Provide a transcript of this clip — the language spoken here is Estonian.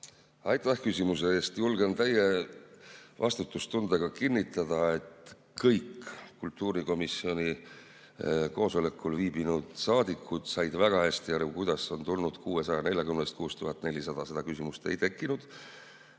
Aitäh küsimuse eest! Julgen täie vastutustundega kinnitada, et kõik kultuurikomisjoni koosolekul viibinud saadikud said väga hästi aru, kuidas on tulnud 640‑st 6400. Seda küsimust ei tekkinud.